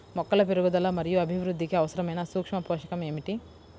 మొక్కల పెరుగుదల మరియు అభివృద్ధికి అవసరమైన సూక్ష్మ పోషకం ఏమిటి?